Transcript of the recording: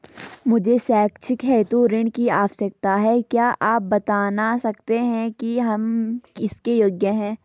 मुझे शैक्षिक हेतु ऋण की आवश्यकता है क्या आप बताना सकते हैं कि हम इसके योग्य हैं?